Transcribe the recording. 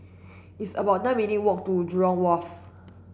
it's about nine minutes' walk to Jurong Wharf